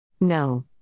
No